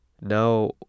Now